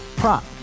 prop